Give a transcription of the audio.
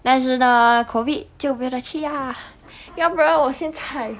但是呢 COVID 就没得去呀要不然我现在